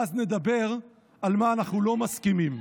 ואז נדבר על מה אנחנו לא מסכימים.